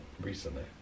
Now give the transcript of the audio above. recently